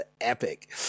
epic